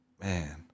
man